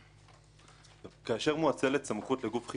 כאשר מואצלת סמכות לגוף חיצוני,